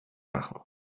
machen